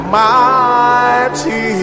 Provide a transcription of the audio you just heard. mighty